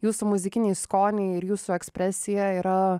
jūsų muzikiniai skoniai ir jūsų ekspresija yra